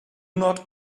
not